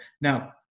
Now